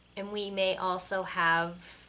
and we may also have,